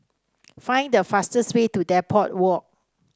find the fastest way to Depot Walk